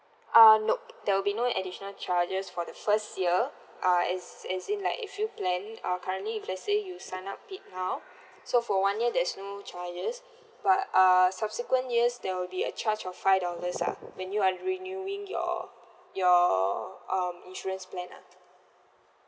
uh nope there will be no additional charges for the first year uh as as in like if you planned uh currently if let's say you sign up it now so for one year there's no charges but uh subsequent years there will be a charge of five dollars lah when you are renewing your your um insurance plan lah